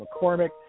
McCormick